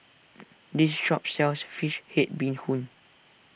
this shop sells Fish Head Bee Hoon